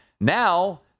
Now